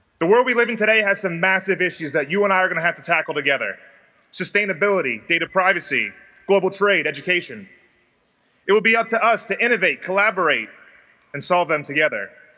the world we live in today has some massive issues that you and i are gonna have to tackle together sustainability data privacy global trade education it will be up to us to innovate collaborate and solve them together